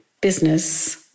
business